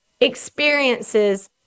experiences